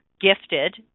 gifted